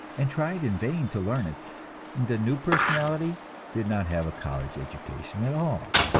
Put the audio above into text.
and tried in vain to learn it the new personality did not have a college education at all.